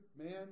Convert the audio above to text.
man